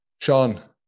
Sean